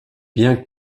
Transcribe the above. bien